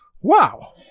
wow